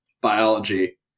biology